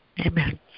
amen